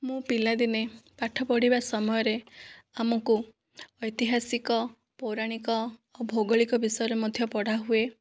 ମୁଁ ପିଲା ଦିନେ ପାଠ ପଢ଼ିବା ସମୟରେ ଆମକୁ ଐତିହାସିକ ପୌରାଣିକ ଓ ଭୌଗଳିକ ବିଷୟରେ ମଧ୍ୟ ପଢ଼ା ହୁଏ